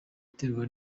iterwa